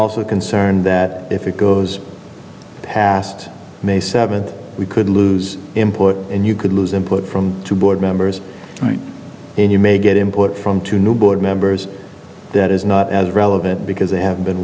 also concerned that if it goes past may seventh we could lose import and you could lose input from two board members right and you may get input from two new board members that is not as relevant because they have been